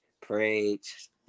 preach